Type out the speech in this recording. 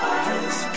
eyes